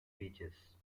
pitches